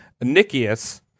Nicias